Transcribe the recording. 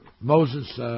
Moses